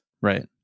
right